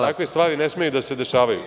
Takve stvari ne smeju da se dešavaju.